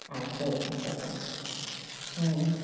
ஆ சரிங்க சரிங்க ம்